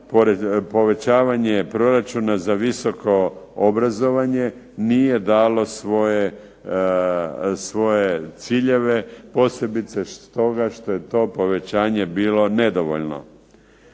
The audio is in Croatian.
povećavanje proračuna za visoko obrazovanje nije dalo svoje ciljeve, posebice stoga što je to povećanje bilo nedovoljno.